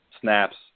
snaps